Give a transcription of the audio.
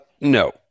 no